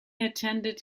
attended